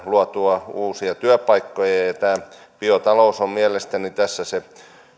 luotua lisää uusia työpaikkoja ja ja biotalous on mielestäni tässä se